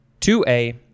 2A